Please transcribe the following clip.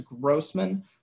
Grossman